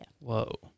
Whoa